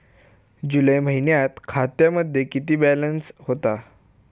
जुलै महिन्यात खात्यामध्ये किती बॅलन्स होता?